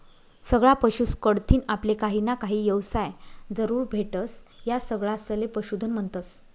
सगळा पशुस कढतीन आपले काहीना काही येवसाय जरूर भेटस, या सगळासले पशुधन म्हन्तस